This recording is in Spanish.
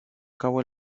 cabo